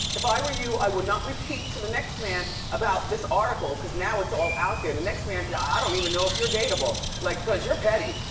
if i were you, i would not repeat to the next man about this article, cause now it's all out there. the next man, i ah don't even know if you're datable, like cause you're petty.